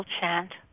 chant